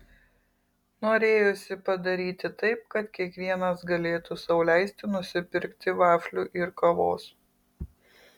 norėjosi padaryti taip kad kiekvienas galėtų sau leisti nusipirkti vaflių ir kavos